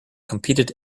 competed